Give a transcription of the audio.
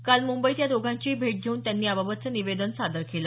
काल मुंबईत या दोघांचीही भेट घेऊन त्यांनी याबाबतचे निवेदन सादर केलं